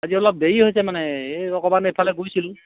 আজি অলপ দেৰি হৈছে মানে এই অকণমান এইফালে গৈছিলোঁ